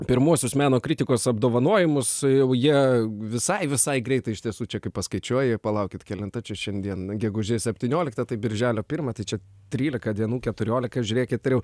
pirmuosius meno kritikos apdovanojimus jau jie visai visai greitai ištisu čia kaip paskaičiuoji palaukit kelinta čia šiandien gegužės septynioliktą tai birželio pirmą čia trylika dienų keturiolika žiūrėkite jau